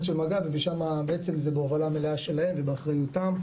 של מג"ב ומשם בעצם זה בהובלה מלאה שלהם ובאחריותם.